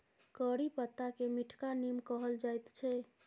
करी पत्ताकेँ मीठका नीम कहल जाइत छै